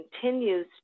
continues